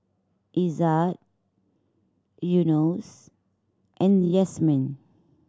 Izzat Yunos and Yasmin